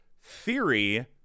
theory